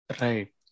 Right